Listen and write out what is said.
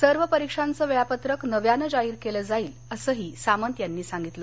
सर्व परीक्षांच वेळापत्रक नव्यानं जाहीर केलं जाईल असंही सामंत यांनी संगितलं